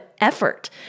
effort